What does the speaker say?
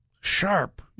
Sharp